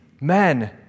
men